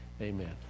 Amen